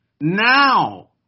now